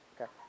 Okay